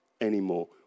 anymore